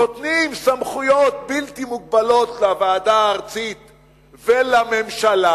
נותנים סמכויות בלתי מוגבלות לוועדה הארצית ולממשלה,